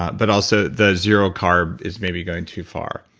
but also the zero carb is maybe going too far.